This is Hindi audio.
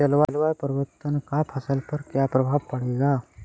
जलवायु परिवर्तन का फसल पर क्या प्रभाव पड़ेगा?